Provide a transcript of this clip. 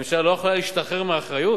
הממשלה לא יכולה להשתחרר מאחריות.